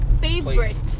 favorite